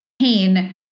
pain